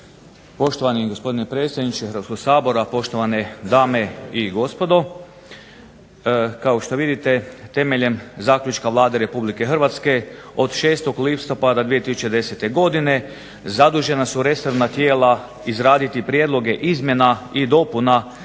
Poštovani gospodine predsjedniče Hrvatskog sabora, poštovane dame i gospodo. Kao što vidite temeljem zaključka Vlade Republike Hrvatske od 6. listopada 2010. godine zadužena su resorna tijela izraditi prijedloge izmjena i dopuna